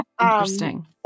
Interesting